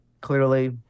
clearly